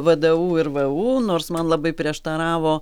vdu ir vu nors man labai prieštaravo